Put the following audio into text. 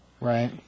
Right